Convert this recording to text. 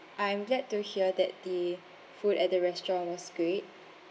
I'm glad to hear that the food at the restaurant was great